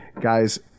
Guys